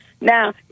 Now